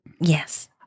Yes